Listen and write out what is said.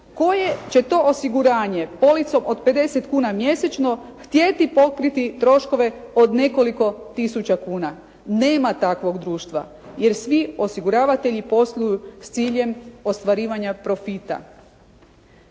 koje će to osiguranje policom od 50 kuna mjesečno htjeti pokriti troškove od nekoliko tisuća kuna. Nema takvog društva, jer svi osiguravatelji posluju s ciljem ostvarivanja profita.